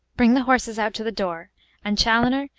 bring the horses out to the door and, chaloner,